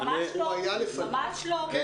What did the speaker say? ממש לא.